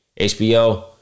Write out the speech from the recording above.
HBO